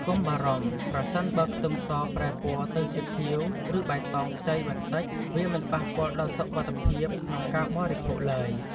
កុំបារម្ភប្រសិនបើខ្ទឹមសប្រែពណ៌ទៅជាខៀវ ឬបៃតងខ្ចីបន្តិច វាមិនប៉ះពាល់ដល់សុវត្ថិភាពក្នុងការបរិភោគឡើយ។